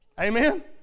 Amen